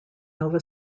nova